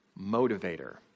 motivator